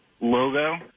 logo